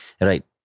right